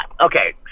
okay